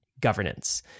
governance